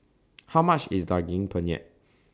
How much IS Daging Penyet